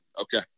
okay